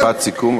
משפט סיכום,